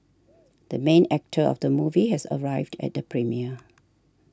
the main actor of the movie has arrived at the premiere